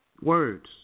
Words